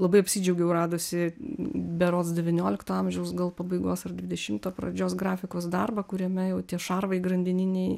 labai apsidžiaugiau radusi berods devyniolikto amžiaus gal pabaigos ar dvidešimto pradžios grafikos darbą kuriame jau tie šarvai grandininiai